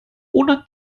oder